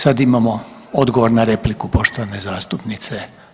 Sad imamo odgovor na repliku poštovane zastupnice.